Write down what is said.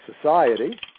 society